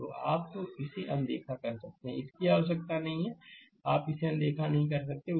तो आप इसे अनदेखा कर सकते हैं इसकी आवश्यकता नहीं है कि आप इसे अनदेखा कर सकते हैं